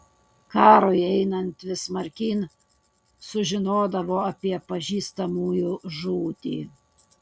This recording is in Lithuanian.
karui einant vis smarkyn sužinodavo apie pažįstamųjų žūtį